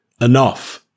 enough